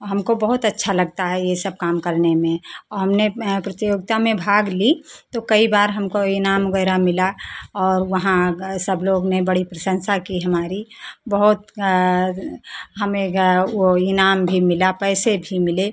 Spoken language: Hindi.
और हमको बहुत अच्छा लगता है यह सब काम करने में और हमने यह प्रतियोगिता में भाग लिया तो कई बार हमको इनाम वग़ैरह मिला और वहाँ सब लोग ने बड़ी प्रशंसा की हमारी बहुत हमें वह इनाम भी मिला पैसे भी मिले